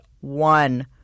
one